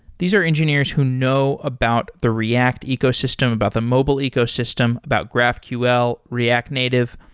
these are engineers who know about the react ecosystem, about the mobile ecosystem, about graphql, react native.